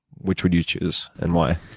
which would you choose and why?